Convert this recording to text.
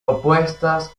opuestas